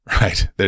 right